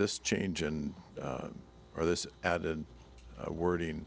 this change and or this add and wording